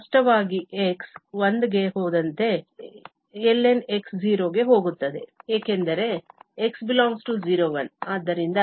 ಸ್ಪಷ್ಟವಾಗಿ x 1 ಗೆ ಹೋದಂತೆ ln x 0 ಗೆ ಹೋಗುತ್ತದೆ ಏಕೆಂದರೆ x ∈ 01